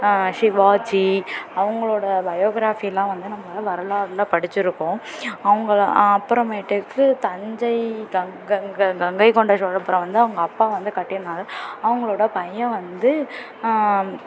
சிவாஜி அவர்களோட பயோஃக்ராபிலாம் வந்து நம்ம வரலாறில் படிச்சுருப்போம் அவுங்க அப்புறமேட்டுக்கு தஞ்சை கங் கங் கங் கங்கை கொண்ட சோழபுரம் வந்து அவங்க அப்பா வந்து கட்டினாரு அவங்களோட பையன் வந்து